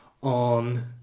on